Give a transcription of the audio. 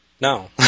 No